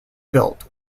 built